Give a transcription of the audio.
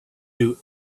you